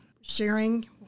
sharing